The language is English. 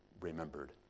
remembered